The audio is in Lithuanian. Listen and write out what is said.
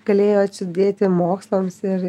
galėjo atsidėti mokslams ir